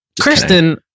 Kristen